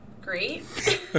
Great